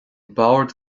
bord